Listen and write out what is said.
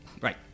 Right